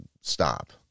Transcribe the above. stop